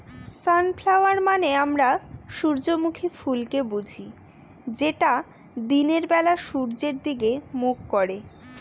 sunflower মানে আমরা সূর্যমুখী ফুলকে বুঝি যেটা দিনের বেলা সূর্যের দিকে মুখ করে